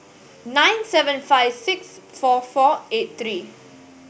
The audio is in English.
nine seven five six four four eight three